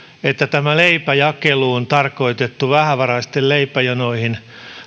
että tämä leipäjakeluun tarkoitettu vähävaraisten leipäjonoihin